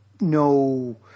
no